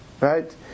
right